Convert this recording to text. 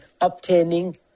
obtaining